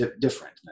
different